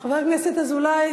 חבר הכנסת אזולאי,